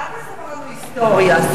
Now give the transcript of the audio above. אל תספר לנו היסטוריה.